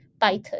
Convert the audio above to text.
python